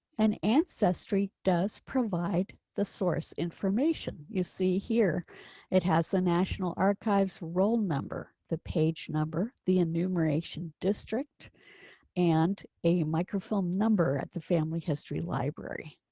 and ancestry does provide the source information. you see here it has the national archives role number the page number the enumeration district and a microfilm number at the family history library.